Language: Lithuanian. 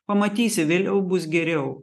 pamatysi vėliau bus geriau